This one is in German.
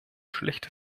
schlecht